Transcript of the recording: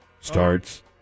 starts